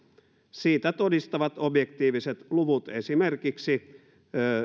siitä todistavat objektiiviset luvut esimerkiksi